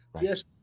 Yes